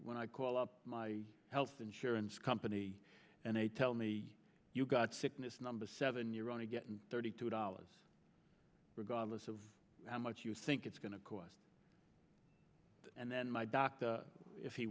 when i call up my health insurance company and they tell me you've got sickness number seven you're only getting thirty two dollars regardless of how much you think it's going to cost and then my doctor if he